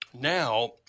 Now